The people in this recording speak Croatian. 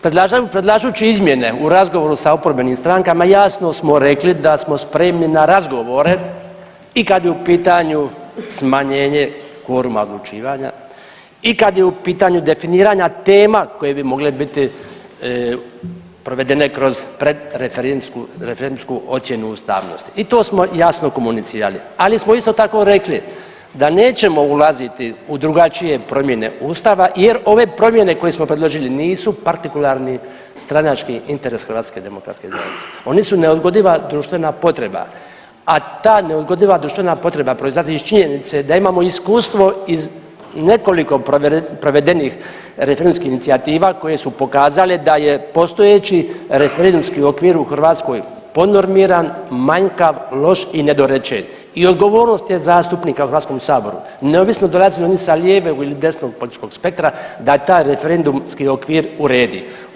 Predlažući izmjene, u razgovoru sa oporbenim strankama jasno smo rekli da smo spremni na razgovore i kad je u pitanju smanjenje kvoruma odlučivanja i kad je u pitanju definiranja tema koje bi mogle biti provedene kroz predreferendumsku ocjenu ustavnosti i to smo jasno komunicirali, ali smo isto tako rekli da nećemo ulaziti u drugačije promjene Ustava jer ove promjene koje smo predložili nisu partikularni stranački interes HDZ-a, one su neodgodiva društvena potreba, a ta neodgodiva društvena potreba proizlazi iz činjenica da imamo iskustvo iz nekoliko provedenih referendumskih inicijativa koje su pokazale da je postojeći referendumski okviru u Hrvatskoj podnormiran, manjkav, loš i nedorečen, i odgovornost je zastupnika u HS-u, neovisno dolazili oni sa lijevog ili desnog političkog spektra, da taj referendumski okvir uredi.